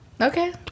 Okay